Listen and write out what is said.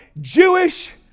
Jewish